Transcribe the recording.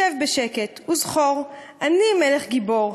/ שב בשקט וזכור: אני מלך גיבור,